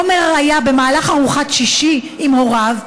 עומר היה בארוחת שישי עם הוריו,